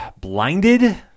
blinded